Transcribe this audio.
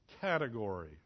category